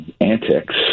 antics